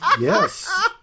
Yes